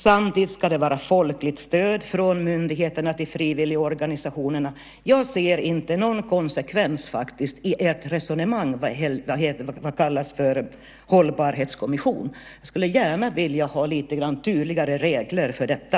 Samtidigt ska det vara folkligt stöd till myndigheterna och frivilligorganisationerna. Jag ser faktiskt ingen konsekvens i ert resonemang om hållbarhetskommission. Jag skulle gärna vilja ha lite tydligare regler för detta.